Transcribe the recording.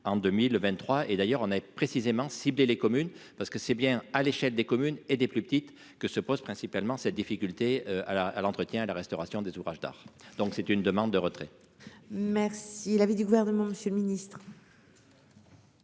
en 2023 et d'ailleurs on est précisément ciblée, les communes, parce que c'est bien à l'échelle des communes et des plus petites que se pose principalement cette difficulté à la à l'entretien et la restauration des ouvrages d'art, donc c'est une demande de retrait. Merci, il avait du gouvernement Monsieur le ministre.